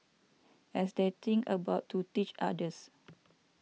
as they think about to teach others